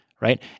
right